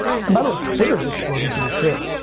and by the way, twitter is exploding pretty too.